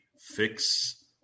fix